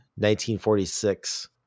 1946